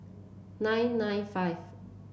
nine nine five